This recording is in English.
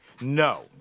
No